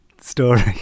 story